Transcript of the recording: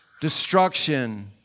destruction